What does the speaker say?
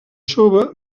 jove